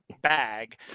bag